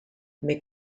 mais